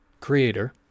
creator